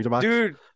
Dude